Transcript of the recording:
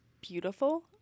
beautiful